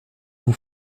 vous